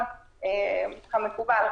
כמקובל,